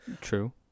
true